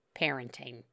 parenting